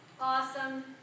Awesome